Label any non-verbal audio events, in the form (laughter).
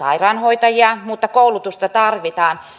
(unintelligible) sairaanhoitajia mutta koulutusta tarvitaan